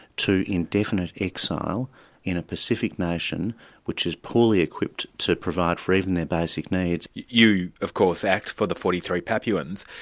to indefinite exile in a pacific nation which is poorly equipped to provide for even their basic needs. you of course act for the forty three papuans.